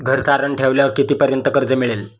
घर तारण ठेवल्यावर कितीपर्यंत कर्ज मिळेल?